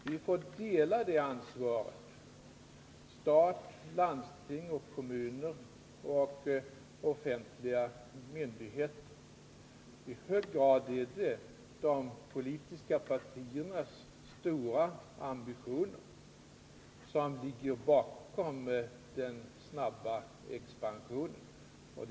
Vi får dela det ansvaret — stat, landsting, kommuner och offentliga myndigheter. I hög grad är det de politiska partiernas stora ambitioner som ligger bakom den stora expansionen.